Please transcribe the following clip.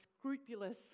scrupulous